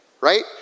right